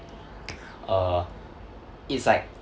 err it's like